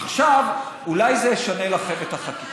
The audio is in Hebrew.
עכשיו, אולי זה ישנה לכם את החקיקה.